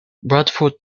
bradford